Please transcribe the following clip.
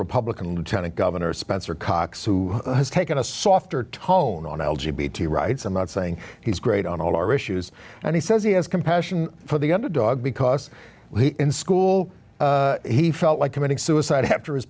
republican lieutenant governor spencer cox who has taken a softer tone on l g b to rights i'm not saying he's great on all our issues and he says he has compassion for the underdog because in school he felt like committing suicide after his